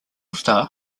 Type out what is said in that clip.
star